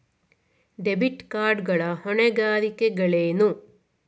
Debit card ಗಳ ಹೊಣೆಗಾರಿಕೆಗಳೇನು?